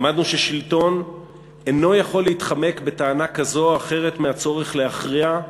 למדנו ששלטון אינו יכול להתחמק בטענה כזו או אחרת מהצורך להכריע,